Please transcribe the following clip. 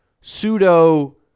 pseudo